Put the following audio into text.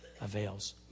Avails